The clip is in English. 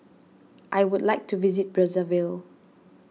I would like to visit Brazzaville